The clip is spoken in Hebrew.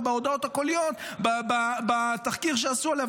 בהודעות הקוליות בתחקיר שעשו עליה,